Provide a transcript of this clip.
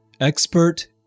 Expert